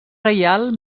reial